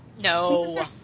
No